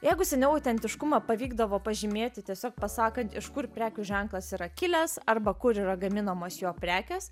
jeigu seniau autentiškumą pavykdavo pažymėti tiesiog pasakant iš kur prekių ženklas yra kilęs arba kur yra gaminamos jo prekės